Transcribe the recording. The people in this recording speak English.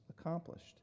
accomplished